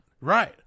Right